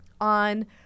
on